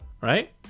Right